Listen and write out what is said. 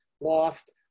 lost